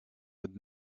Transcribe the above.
would